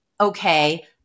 okay